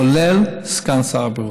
כולל סגן שר הבריאות.